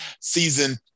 Season